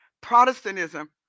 Protestantism